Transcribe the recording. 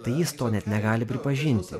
tai jis to net negali pripažinti